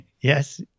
yes